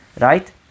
Right